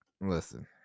Listen